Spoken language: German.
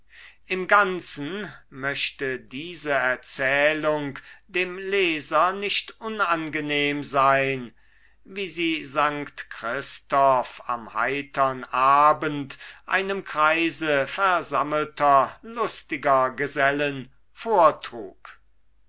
im ganzen möchte diese erzählung dem leser nicht unangenehm sein wie sie st christoph am heitern abend einem kreise versammelter lustiger gesellen vortrug